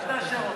אל תאשר אותו.